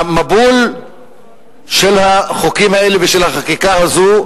המבול של החוקים האלה ושל החקיקה הזו,